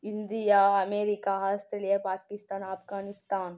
India America Australia Pakistan Afghanistan